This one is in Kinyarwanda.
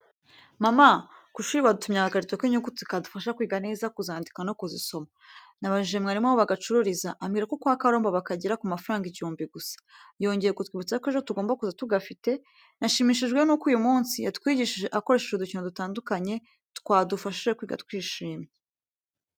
Mama! Ku ishuri badutumye agakarito k’inyuguti kazadufasha kwiga neza kuzandika no kuzisoma. Nabajije mwarimu aho bagacururiza, ambwira ko kwa Karomba bakagira ku mafaranga igihumbi gusa. Yongeye kutwibutsa ko ejo tugomba kuza tugafite. Nashimishijwe n’uko uyu munsi yatwigishije akoresheje udukino dutandukanye twadufashije kwiga twishimye.